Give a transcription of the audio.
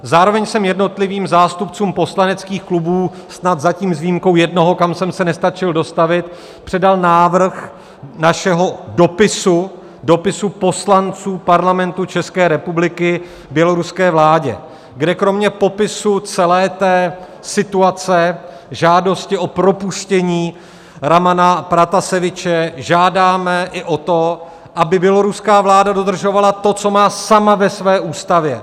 Zároveň jsem jednotlivým zástupcům poslaneckých klubů, snad zatím s výjimkou jednoho, kam jsem se nestačil dostavit, předal návrh našeho dopisu, dopisu poslanců Parlamentu České republiky běloruské vládě, kde kromě popisu celé té situace, žádosti o propuštění Ramana Prataseviče žádáme i o to, aby běloruská vláda dodržovala to, co má sama ve své ústavě.